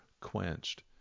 quenched